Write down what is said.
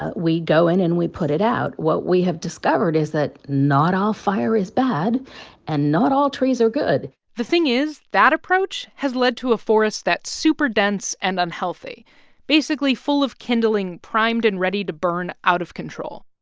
ah we go in and we put it out. what we have discovered is that not all fire is bad and not all trees are good the thing is, that approach has led to a forest that's super dense and unhealthy basically, full of kindling primed and ready to burn out of control.